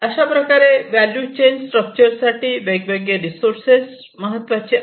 अशाप्रकारे value chain structure साठी वेगवेगळे रिसोर्सेस महत्त्वाचे आहेत